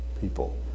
people